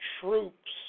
troops